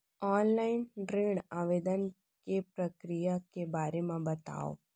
Offline ऋण आवेदन के प्रक्रिया के बारे म बतावव?